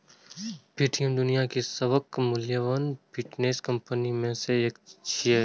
Paytm दुनियाक सबसं मूल्यवान फिनटेक कंपनी मे सं एक छियै